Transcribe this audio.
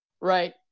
right